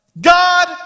God